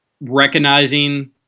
recognizing